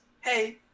hey